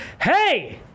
Hey